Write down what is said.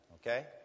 Okay